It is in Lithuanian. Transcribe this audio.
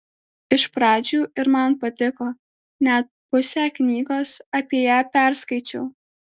iš pradžių ir man patiko net pusę knygos apie ją perskaičiau